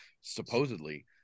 supposedly